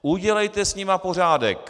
Udělejte s nimi pořádek!